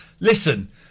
Listen